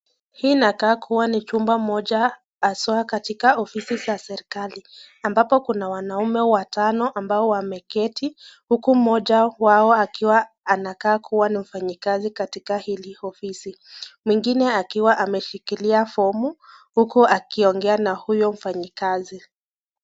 Hii inakaa kuwa ni chumba moja haswa katika ofisi za serekali ambapo kuna wanaume watano ambao wameketi huku mmoja wao akiwa anakaa kuwa mfanyikazi katika hili ofisi mwingine akiwa ameshikilia fomu huku akiongea na huyo mfanyikazi.